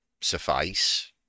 suffice